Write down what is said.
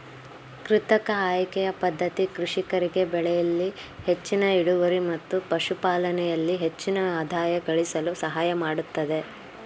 ಕೃತಕ ಆಯ್ಕೆಯ ಪದ್ಧತಿ ಕೃಷಿಕರಿಗೆ ಬೆಳೆಯಲ್ಲಿ ಹೆಚ್ಚಿನ ಇಳುವರಿ ಮತ್ತು ಪಶುಪಾಲನೆಯಲ್ಲಿ ಹೆಚ್ಚಿನ ಆದಾಯ ಗಳಿಸಲು ಸಹಾಯಮಾಡತ್ತದೆ